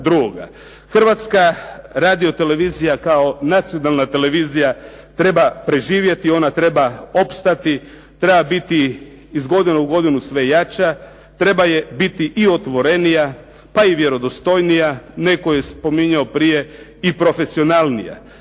Hrvatska radiotelevizija kao nacionalna televizija treba preživjeti, ona treba opstati, treba biti iz godine u godinu sve jača, treba biti i otvorenija pa i vjerodostojnija, netko je spominjao prije i profesionalnija.